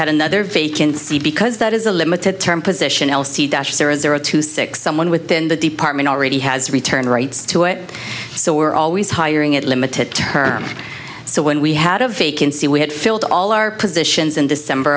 had another vacancy because that is a limited term position else there are two six someone within the department already has return rights to it so we're always hiring at limited term so when we had a vacancy we had filled all our positions in december